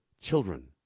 children